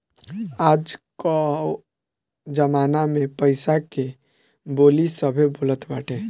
आज कअ जमाना में पईसा के बोली सभे बोलत बाटे